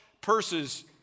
Purse's